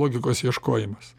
logikos ieškojimas